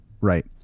Right